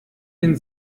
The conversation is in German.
den